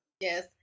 Yes